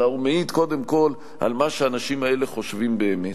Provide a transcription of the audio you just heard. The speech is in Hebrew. אלא הוא מעיד קודם כול על מה שהאנשים האלה חושבים באמת.